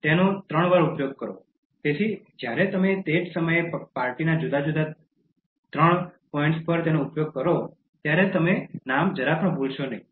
તેનો ત્રણ વાર ઉપયોગ કરો તેથી જ્યારે તમે તે જ સમયે પાર્ટીના ત્રણ જુદા જુદા મીટિંગ પોઇન્ટ્સ પર તેનો ઉપયોગ કરો ત્યારે તમે નામ જરા પણ ભૂલશો નહીં